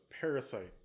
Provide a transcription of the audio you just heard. Parasite